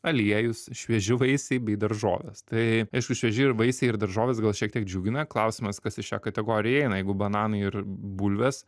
aliejus švieži vaisiai bei daržovės tai aišku švieži vaisiai ir daržovės gal šiek tiek džiugina klausimas kas iš šią kategoriją įeina jeigu bananai ir bulvės